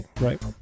right